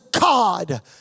God